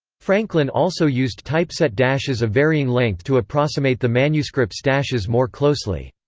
franklin also used typeset dashes of varying length to approximate the manuscripts' dashes more closely.